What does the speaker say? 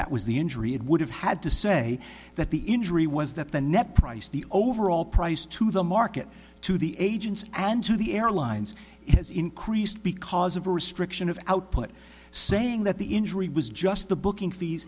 that was the injury it would have had to say that the injury was that the net price the overall price to the market to the agents and to the airlines has increased because of restriction of output saying that the injury was just the booking fees